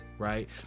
right